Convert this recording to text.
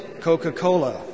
Coca-Cola